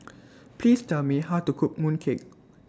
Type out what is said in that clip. Please Tell Me How to Cook Mooncake